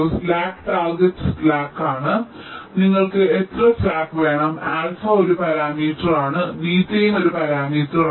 slack target target slack ആണ് നിങ്ങൾക്ക് എത്ര സ്ലാക്ക് വേണം ആൽഫ ഒരു പാരാമീറ്ററാണ് ബീറ്റയും ഒരു പാരാമീറ്ററാണ്